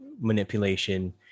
manipulation